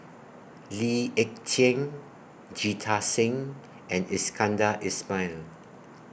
Lee Ek Tieng Jita Singh and Iskandar Ismail